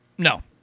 No